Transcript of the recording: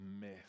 myth